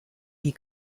die